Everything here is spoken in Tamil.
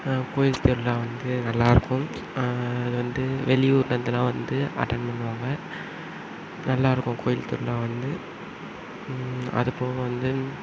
கோயில் திருவிழா வந்து நல்லாயிருக்கும் அது வந்து வெளியூர்லந்துலாம் வந்து அட்டென்ட் பண்ணுவாங்க நல்லாயிருக்கும் கோயில் திருவிழா வந்து அதுபோக வந்து